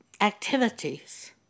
activities